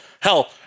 Hell